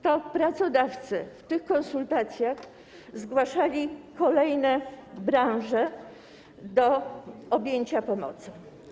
To pracodawcy w ramach tych konsultacji zgłaszali kolejne branże do objęcia pomocą.